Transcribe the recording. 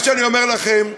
מה שאני אומר לכם,